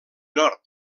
nord